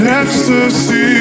ecstasy